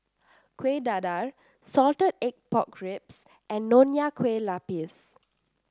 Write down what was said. Kuih Dadar Salted Egg Pork Ribs and Nonya Kueh Lapis